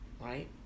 Right